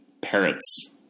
parrots